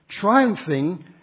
triumphing